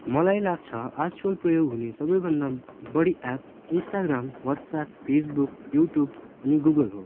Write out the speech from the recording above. मलाई लाग्छ आजकल प्रयोग हुने सबैभन्दा बढी app Instagram WhatsApp Facebook YouTube अनि गुगल हो